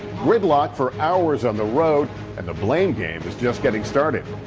gridlock for hours on the road and the blame game is just getting started.